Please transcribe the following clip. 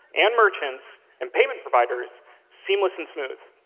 and merchants, and payment providers seamless and smooth.